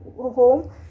home